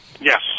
Yes